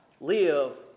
live